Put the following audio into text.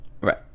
right